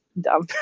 dumb